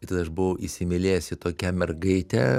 ir tada aš buvau įsimylėjęs į tokią mergaitę